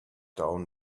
down